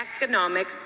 economic